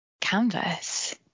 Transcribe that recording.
canvas